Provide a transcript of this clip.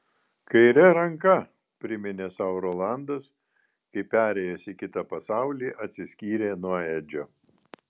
kaire ranka priminė sau rolandas kai perėjęs į kitą pasaulį atsiskyrė nuo edžio